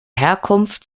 herkunft